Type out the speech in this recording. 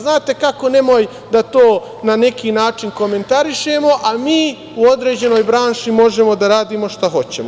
Znate kako, nemoj da to na neki način komentarišemo, ali mi u određenoj branši možemo da radimo šta hoćemo.